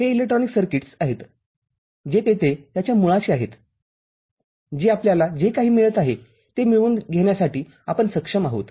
हे electronic circuits आहेत जे तेथे त्याच्या मुळाशी आहेत जे आपल्याला जे काही मिळत आहे ते मिळवून घेण्यासाठी आपण सक्षम आहोत